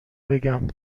بگم